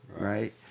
right